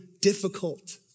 difficult